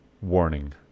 warning